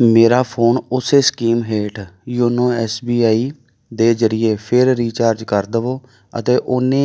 ਮੇਰਾ ਫੋਨ ਉਸ ਸਕੀਮ ਹੇਠ ਯੋਨੋ ਐੱਸ ਬੀ ਆਈ ਦੇ ਜ਼ਰੀਏ ਫਿਰ ਰਿਚਾਰਜ ਕਰ ਦਵੋ ਅਤੇ ਉੰਨੇ